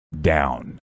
down